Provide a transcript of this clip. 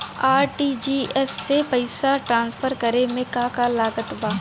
RTGS से पईसा transfer करे मे का का लागत बा?